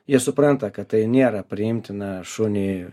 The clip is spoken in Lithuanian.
jie supranta kad tai nėra priimtina šunį